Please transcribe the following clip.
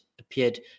appeared